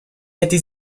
hätte